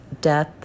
death